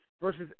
versus